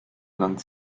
lang